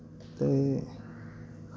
ते